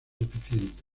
eficiente